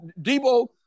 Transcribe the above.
Debo